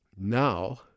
Now